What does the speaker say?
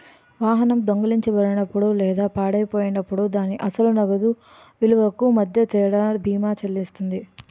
వాహనం దొంగిలించబడినప్పుడు లేదా పాడైపోయినప్పుడు దాని అసలు నగదు విలువకు మధ్య తేడాను బీమా చెల్లిస్తుంది